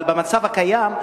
אבל במצב הקיים,